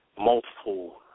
multiple